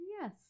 Yes